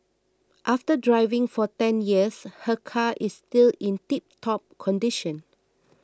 after driving for ten years her car is still in tiptop condition